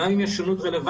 גם אם יש שונות רלוונטית.